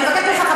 אני מבקשת ממך,